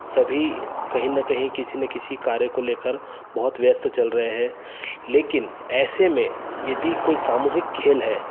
सभी कहीं न कहीं किसी ना किसी कार्य को लेकर बहुत व्यस्त चल रहे हैं लेकिन ऐसे में यदि कोई सामूहिक खेल है